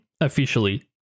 officially